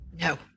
No